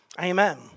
Amen